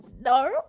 No